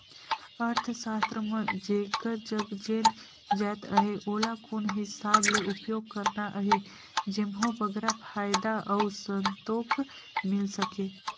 अर्थसास्त्र म जेकर जग जेन जाएत अहे ओला कोन हिसाब ले उपयोग करना अहे जेम्हो बगरा फयदा अउ संतोक मिल सके